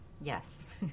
Yes